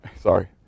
sorry